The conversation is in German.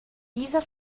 dieser